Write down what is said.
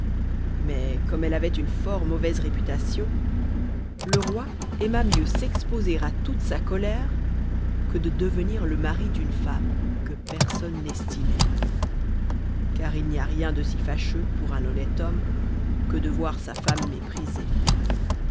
mais comme elle avait une fort mauvaise réputation le roi aima mieux s'exposer à toute sa colère que de devenir le mari d'une femme que personne n'estimait car il n'y a rien de si fâcheux pour un honnête homme que de voir sa femme méprisée